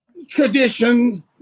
Tradition